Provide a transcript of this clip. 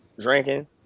drinking